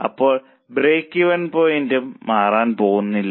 അപ്പോൾ break even പോയിന്റും മാറാൻ പോകുന്നില്ല